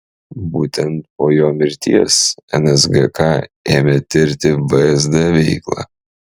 būtent po jo mirties nsgk ėmė tirti vsd veiklą